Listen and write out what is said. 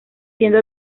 siendo